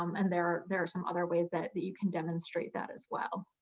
um and there are there are some other ways that that you can demonstrate that as well.